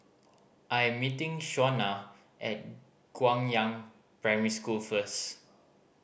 I am meeting Shawnna at Guangyang Primary School first